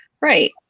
Right